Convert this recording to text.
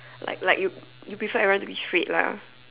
like like you prefer everyone to be straight lah